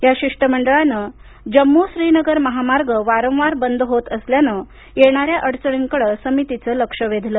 या शिष्टमंडळानं जम्मू श्रीनगर महामार्ग वारंवार बंद होत असल्यानं येणाऱ्या अडचणींकडं समितीचं लक्ष वेधलं